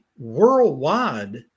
worldwide